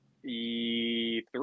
Three